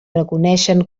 reconeixen